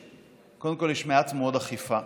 קודם כול יש מעט מאוד אכיפה,